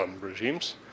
regimes